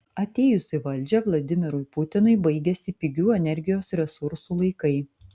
atėjus į valdžią vladimirui putinui baigėsi pigių energijos resursų laikai